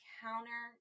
counter